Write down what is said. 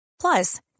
Plus